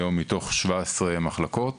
היום מתוך 17 מחלקות